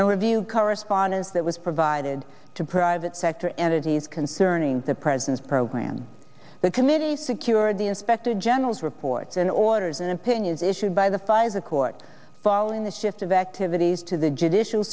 and reviewed correspondence that was provided to private sector entities concerning the president's program the committee secured the inspector general's report in orders and opinions issued by the pfizer court following the shift of activities to the judicial